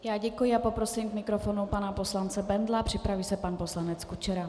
Já děkuji a poprosím k mikrofonu pana poslance Bendla, připraví se pan poslanec Kučera.